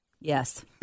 Yes